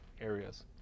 areas